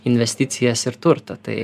investicijas ir turtą tai